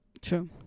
true